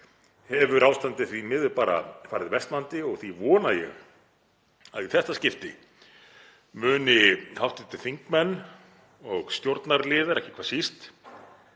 hefur ástandið því miður bara farið versnandi og því vona ég að í þetta skipti muni hv. þingmenn, og stjórnarliðar ekki hvað síst,